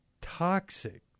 toxic